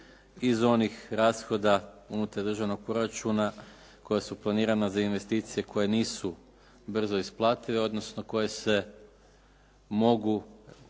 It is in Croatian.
iz onih rashoda unutar državnog proračuna koja su planirana za investicije koje nisu brzo isplative odnosno koje se mogu